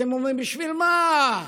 אתם אומרים: בשביל מה?